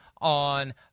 on